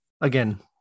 Again